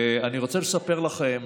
אני רוצה לספר לכם,